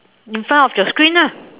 in front of your screen ah